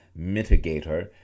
mitigator